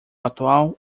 atual